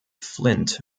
flint